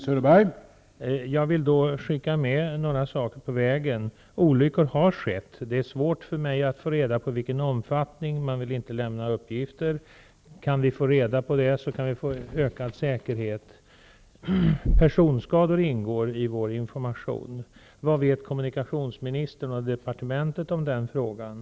Herr talman! Jag vill då skicka med några saker på vägen. Olyckor har skett. Det är svårt för mig att få reda på i vilken omfattning, då man inte vill lämna några uppgifter. Om vi kan få reda på det kan säkerheten ökas. Personskador ingår i vår information. Vad vet kommunikationsministern och departementet om den frågan?